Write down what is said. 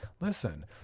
Listen